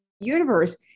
universe